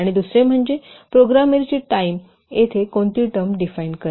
आणि दुसरे म्हणजे प्रोग्रामरची टाईम येथे कोणती टर्म डिफाइन करेल